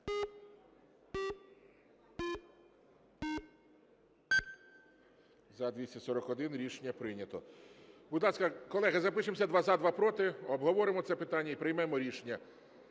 За-241 Рішення прийнято. Будь ласка, колеги, запишемося: два – за, два – проти, обговоримо це питання і приймемо рішення.